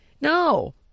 no